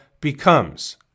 becomes